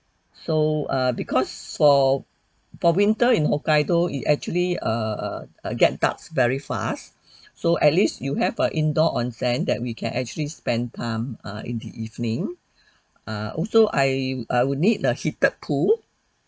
so err because for for winter in hokkaido it actually err get dark very fast so at least you have a indoor onsen that we can actually spend time err in the evening err also I I would need a heated pool